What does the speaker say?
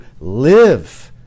live